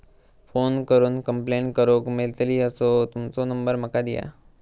Phone करून complaint करूक मेलतली असो तुमचो नंबर माका दिया?